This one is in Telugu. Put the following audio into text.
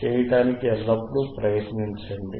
చేయడానికి ఎల్లప్పుడూ ప్రయత్నించండి